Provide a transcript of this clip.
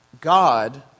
God